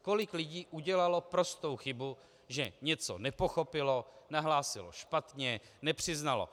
Kolik lidí udělalo prostou chybu, že něco nepochopilo, nahlásilo špatně, nepřiznalo.